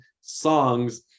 songs